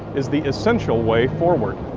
is the essential way forward.